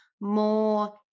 more